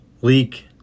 Leak